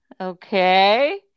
Okay